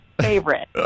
favorite